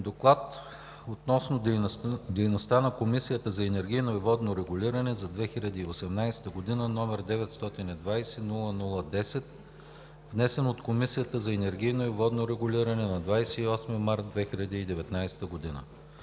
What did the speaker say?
„ДОКЛАД относно дейността на Комисията за енергийно и водно регулиране за 2018 г., № 920-00-10, внесен от Комисията за енергийно и водно регулиране на 28 март 2019 г.